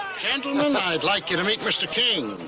gentlemen, i'd like you to meet mr. king,